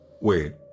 Wait